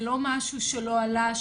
זה לא משהו שלא עלה,